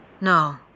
No